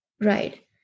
Right